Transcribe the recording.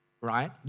right